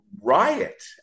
riot